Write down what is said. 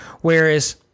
whereas